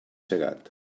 segat